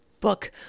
book